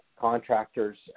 contractors